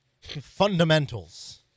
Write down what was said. Fundamentals